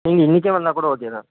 நீங்கள் இன்றைக்கே வந்தால் கூட ஓகே தான்